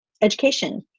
education